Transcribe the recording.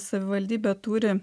savivaldybė turi